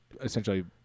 essentially